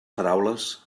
paraules